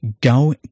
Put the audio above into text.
Go